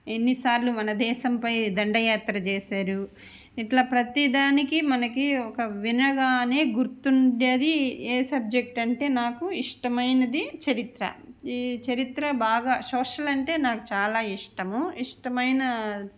ఎన్నిసార్లు మన దేశంపై దండయాత్ర చేసారు ఇట్లా ప్రతీ దానికి మనకి ఒక వినగానే గుర్తుండేది ఏ సబ్జెక్ట్ అంటే నాకు ఇష్టమైనది చరిత్ర ఈ చరిత్ర బాగా సోషల్ అంటే నాకు చాలా ఇష్టము ఇష్టమైనా